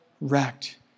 wrecked